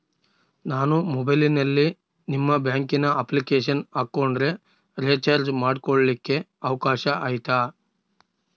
ನಾನು ಮೊಬೈಲಿನಲ್ಲಿ ನಿಮ್ಮ ಬ್ಯಾಂಕಿನ ಅಪ್ಲಿಕೇಶನ್ ಹಾಕೊಂಡ್ರೆ ರೇಚಾರ್ಜ್ ಮಾಡ್ಕೊಳಿಕ್ಕೇ ಅವಕಾಶ ಐತಾ?